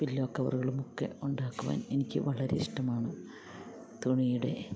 pillow കവറുകളുമൊക്കെ ഉണ്ടാക്കുവാൻ എനിക്ക് വളരെ ഇഷ്ടമാണ് തുണിയുടെ